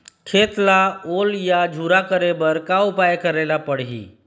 खेत ला ओल या झुरा करे बर का उपाय करेला पड़ही?